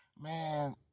Man